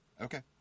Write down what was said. Okay